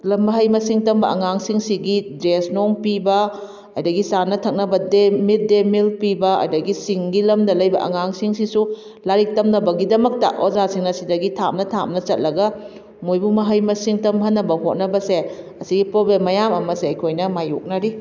ꯂꯝ ꯃꯍꯩ ꯃꯁꯤꯡ ꯇꯝꯕ ꯑꯉꯥꯡꯁꯤꯡꯁꯤꯒꯤ ꯗ꯭ꯔꯦꯁ ꯅꯨꯡ ꯄꯤꯕ ꯑꯗꯒꯤ ꯆꯥꯅ ꯊꯛꯅꯕ ꯗꯦ ꯃꯤꯠ ꯗꯦ ꯃꯤꯜ ꯄꯤꯕ ꯑꯗꯒꯤ ꯆꯤꯡꯒꯤ ꯂꯝꯗ ꯂꯩꯕ ꯑꯉꯥꯡꯁꯤꯡꯁꯤꯁꯨ ꯂꯥꯏꯔꯤꯛ ꯇꯝꯅꯕꯒꯤꯗꯃꯛꯇ ꯑꯣꯖꯥꯁꯤꯡ ꯑꯁꯤꯗꯒꯤ ꯊꯥꯞꯅ ꯊꯥꯞꯅ ꯆꯠꯂꯒ ꯃꯣꯏꯕꯨ ꯃꯍꯩ ꯃꯁꯤꯡ ꯇꯝꯍꯟꯅꯕ ꯍꯣꯠꯅꯕꯁꯦ ꯑꯁꯤꯒꯤ ꯄ꯭ꯔꯣꯕ꯭ꯂꯦꯝ ꯃꯌꯥꯝ ꯑꯃꯁꯦ ꯑꯩꯈꯣꯏꯅ ꯃꯥꯏꯌꯣꯛꯅꯔꯤ